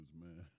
man